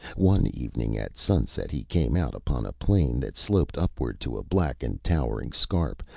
one evening at sunset he came out upon a plain that sloped upward to a black and towering scarp,